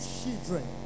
children